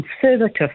conservative